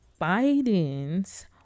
Biden's